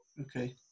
Okay